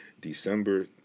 December